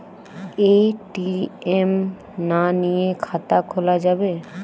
ATM না নিয়ে খাতা খোলা যাবে?